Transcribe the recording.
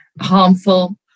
harmful